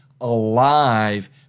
alive